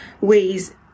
ways